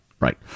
Right